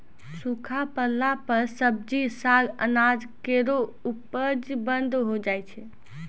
सूखा परला पर सब्जी, साग, अनाज केरो उपज बंद होय जाय छै